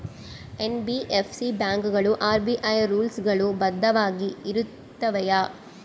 NBFC ಬ್ಯಾಂಕುಗಳು RBI rules ಗಳು ಬದ್ಧವಾಗಿ ಇರುತ್ತವೆಯ?